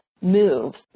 moves